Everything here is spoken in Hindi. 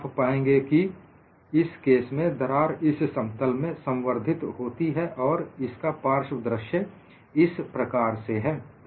आप पाएंगे कि इस केस में दरार इस समतल में संवर्धित होती है और इसका पार्श्व दृश्य इस प्रकार से है